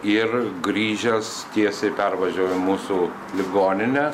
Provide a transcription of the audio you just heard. ir grįžęs tiesiai pervažiavo į mūsų ligoninę